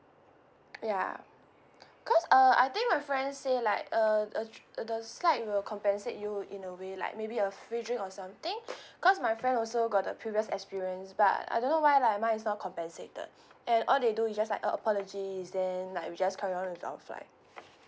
ya cause uh I think my friend say like uh uh the slide will compensate you in a way like maybe a free drink or something because my friend also got the previous experience but I don't know why like mine is not compensated and all they do is just like uh apologies then like we just carry on with our flight